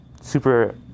super